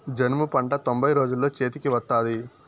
జనుము పంట తొంభై రోజుల్లో చేతికి వత్తాది